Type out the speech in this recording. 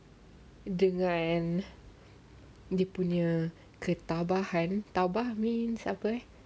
dengan dia punya ketabahan tabah mean apa ya